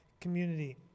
community